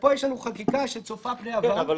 ופה יש לנו חקיקה שצופה פני עבר שהיא --- אבל,